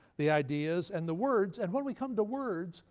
the ideas, and the words. and when we come to words,